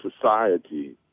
society